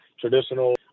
traditional